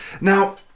Now